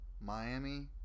Miami